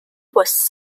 was